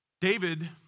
David